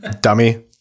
Dummy